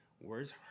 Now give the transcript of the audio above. words